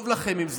טוב לכם עם זה.